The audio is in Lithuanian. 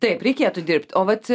taip reikėtų dirbt o vat